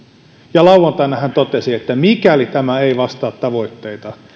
ja lauantaina hän totesi että mikäli tämä ei vastaa tavoitteita